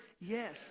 Yes